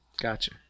Gotcha